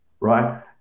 Right